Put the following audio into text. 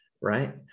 Right